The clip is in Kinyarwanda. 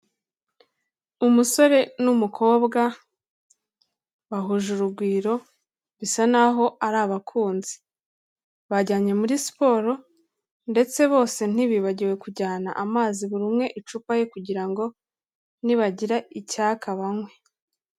Umusore n'umukobwa bahuje urugwiro, bisa naho ari abakunzi, bajyanye muri siporo ndetse bose ntibibagiwe kujyana amazi buri umwe icupa ye kugira ngo nibagira icyaka banywe.